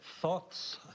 thoughts